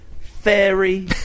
fairy